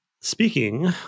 speaking